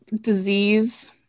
Disease